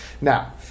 Now